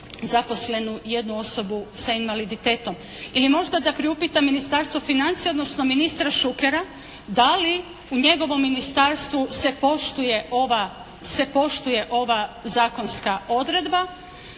zaposlenu, jednu osobu sa invaliditetom ili možda da priupitam Ministarstvo financija odnosno ministra Šukera da li u njegovom ministarstvu se poštuje ova zakonska odredba.